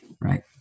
Right